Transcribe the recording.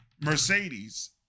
Mercedes